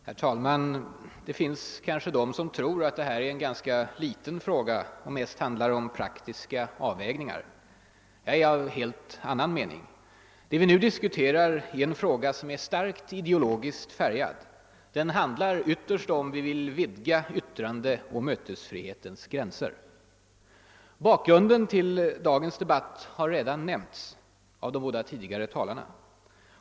Herr talman! Det finns kanske de som tror att det här är en ganska liten fråga, som mest handlar om praktiska avvägningar. Jag är av en helt annan mening. Vad vi nu diskuterar är en fråga, som är starkt ideologiskt färgad. Den handlar ytterst om huruvida vi vill vidga yttrandeoch mötesfrihetens gränser eller inte. Bakgrunden till dagens debatt har redan berörts av de båda tidigare talarna.